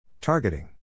Targeting